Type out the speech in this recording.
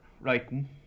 writing